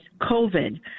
COVID